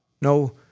No